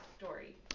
story